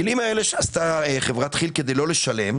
את התרגילים האלה שעשתה חברת כי"ל בשביל לא לשלם,